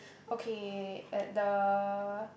okay at the